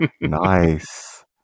Nice